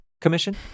Commission